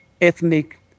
ethnic